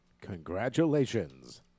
Congratulations